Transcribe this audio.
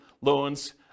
loans